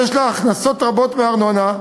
שיש לה הכנסות רבות מארנונה,